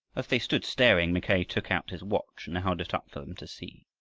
as they stood staring, mackay took out his watch and held it up for them to see.